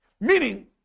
Meaning